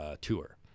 tour